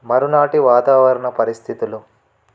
మరునాటి వాతావరణ పరిస్థితులు